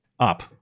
Up